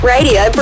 Radio